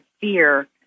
fear